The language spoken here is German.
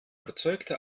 erzeugte